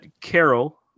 Carol